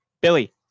Billy